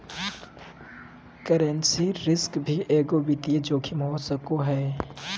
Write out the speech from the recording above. currency risk भी एगो वित्तीय जोखिम हो सको हय